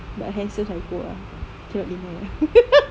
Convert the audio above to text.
but handsome psycho ah cannot deny